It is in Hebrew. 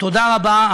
תודה רבה.